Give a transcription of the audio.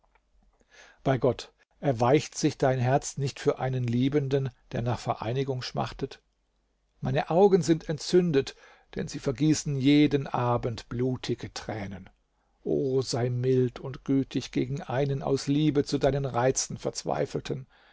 bei gott erweicht sich dein herz nicht für einen liebenden der nach vereinigung schmachtet meine augen sind entzündet denn sie vergießen jeden abend blutige tränen o sei mild und gütig gegen einen aus liebe zu deinen reizen verzweifelten